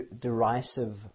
derisive